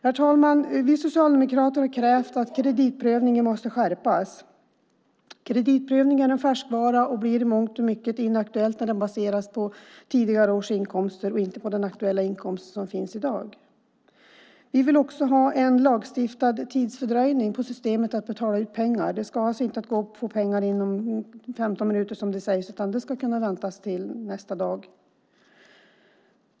Herr talman! Vi socialdemokrater har krävt att kreditprövningen måste skärpas. Kreditprövning är en färskvara och blir i mångt och mycket inaktuell när den baseras på tidigare års inkomster och inte på den inkomst som finns i dag. Vi vill ha en lagstiftad tidsfördröjning i systemet när det gäller att betala ut pengar. Det ska alltså inte gå att få pengarna inom 15 minuter, utan det ska kunna vänta till nästa dag.